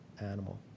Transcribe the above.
animal